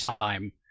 time